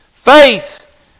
Faith